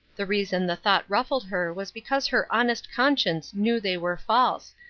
the reason the thought ruffled her was because her honest conscience knew they were false,